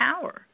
power